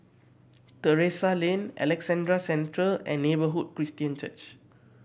Terrasse Lane Alexandra Central and Neighbourhood Christian Church